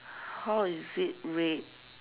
how is it red